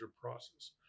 process